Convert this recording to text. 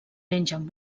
mengen